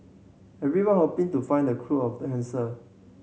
everyone hoping to find the cure of the cancer